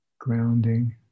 Grounding